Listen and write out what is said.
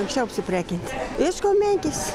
anksčiau apsiprekint ieškau menkės